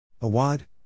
Awad